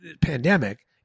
Pandemic